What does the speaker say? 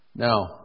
Now